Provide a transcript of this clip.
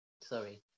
sorry